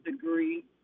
degree